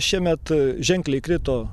šiemet ženkliai krito